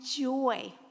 joy